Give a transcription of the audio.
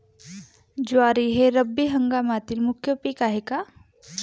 ज्वारी हे रब्बी हंगामातील मुख्य पीक आहे का?